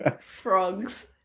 Frogs